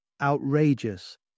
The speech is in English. Outrageous